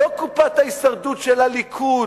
לא קופת ההישרדות של הליכוד.